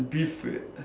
beef eh